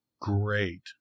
great